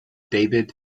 david